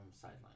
sideline